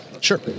Sure